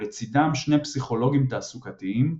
ולצידם שני פסיכולוגים תעסוקתיים,